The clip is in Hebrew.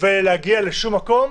ולהגיע לשום מקום,